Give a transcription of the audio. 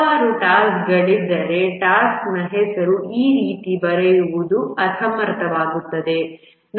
ಹಲವಾರು ಟಾಸ್ಕ್ಗಳಿದ್ದರೆ ಟಾಸ್ಕ್ನ ಹೆಸರನ್ನು ಈ ರೀತಿ ಬರೆಯುವುದು ಅಸಮರ್ಥವಾಗುತ್ತದೆ